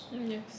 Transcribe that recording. Yes